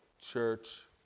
Church